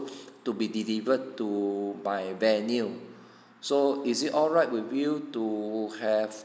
to be delivered to my venue so is it alright with you to have